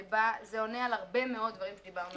זה עונה על הרבה מאוד דברים שדיברנו עליהם.